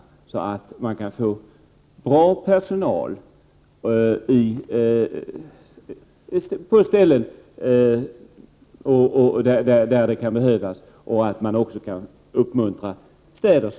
På så sätt kan man få bra personal till de ställen där den behövs, och städer som Lindesberg kan uppmuntras.